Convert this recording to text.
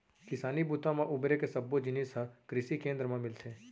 किसानी बूता म बउरे के सब्बो जिनिस ह कृसि केंद्र म मिलथे